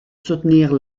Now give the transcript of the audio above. soutenir